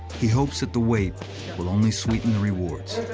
he hopes that the wait will only sweeten the rewards.